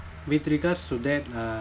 with regards to that uh